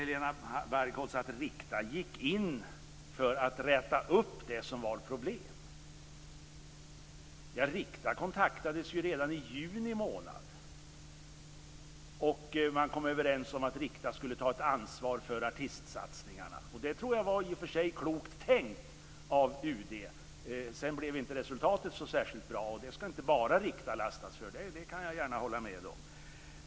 Helena Bargholtz säger nu att Rikta gick in för att räta ut en del problem. Rikta kontaktades ju redan i juni månad, och man kom överens om att Rikta skulle ta ett ansvar för artistsatsningarna. Jag tror att det i och för sig var klokt tänkt av UD. Sedan blev resultatet inte så särskilt bra, och jag kan gärna hålla med om att inte bara Rikta ska lastas för det.